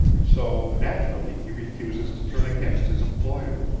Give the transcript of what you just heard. so, naturally, he refuses to turn against his employer.